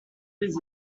des